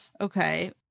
Okay